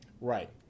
Right